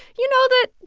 you know that